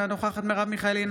אינה נוכחת מרב מיכאלי,